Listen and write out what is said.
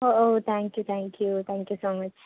oh oh thank you thank you thank you so much